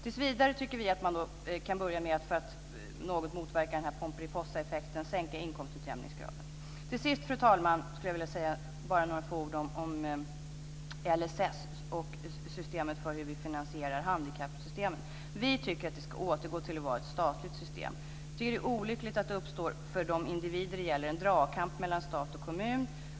Tills vidare tycker vi att man, för att något motverka pomperipossaeffekten, kan sänka inkomstutjämningsgraden. Till sist, fru talman, skulle jag vilja säga några få ord om LSS och vårt sätt att finansiera handikappsystemet. Vi tycker att det ska återgå till att vara ett statligt system. Vi tycker att det för de individer det gäller är olyckligt att det uppstår en dragkamp mellan stat och kommun.